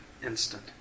instant